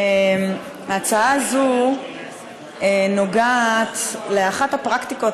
ההצעה הזאת נוגעת לאחת הפרקטיקות